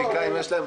לה